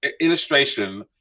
illustration